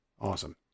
Awesome